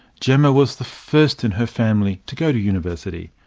gemma was the first in her family to go to university.